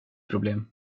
problem